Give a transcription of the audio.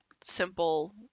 simple